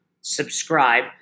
Subscribe